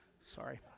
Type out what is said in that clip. Sorry